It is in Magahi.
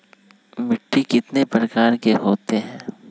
मिट्टी कितने प्रकार के होते हैं?